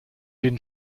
den